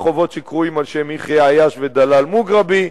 רחובות שקרויים על שם יחיא עיאש ודלאל מוגרבי,